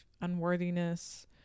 unworthiness